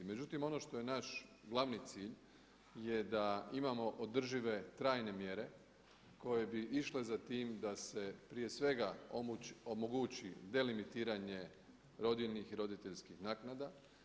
Međutim, ono što je naš glavni cilj je da imamo održive trajne mjere koje bi išle za tim da se prije svega omogući delimitiranje rodiljnih i roditeljskih naknada.